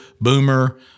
Boomer